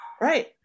Right